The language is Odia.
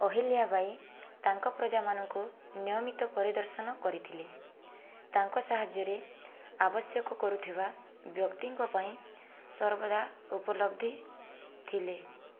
ଅହଲ୍ୟାବାଇ ତାଙ୍କ ପ୍ରଜାମାନଙ୍କୁ ନିୟମିତ ପରିଦର୍ଶନ କରିଥିଲେ ତାଙ୍କ ସାହାଯ୍ୟରେ ଆବଶ୍ୟକ କରୁଥିବା ବ୍ୟକ୍ତିଙ୍କ ପାଇଁ ସର୍ବଦା ଉପଲବ୍ଧି ଥିଲେ